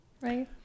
right